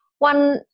One